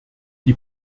die